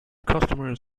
customers